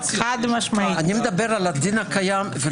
אני מדבר על הדין הקיים.